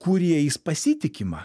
kuriais pasitikima